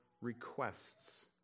requests